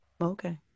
okay